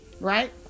Right